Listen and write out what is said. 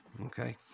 Okay